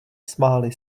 smáli